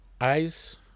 eyes